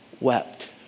wept